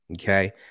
Okay